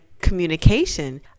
communication